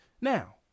Now